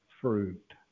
fruit